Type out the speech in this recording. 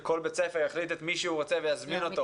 שכל בית ספר יחליט את מי שהוא רוצה ויזמין אותו.